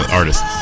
artist